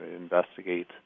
investigate